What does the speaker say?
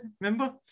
remember